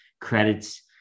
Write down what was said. credits